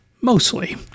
mostly